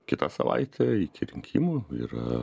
kitą savaitę iki rinkimų yra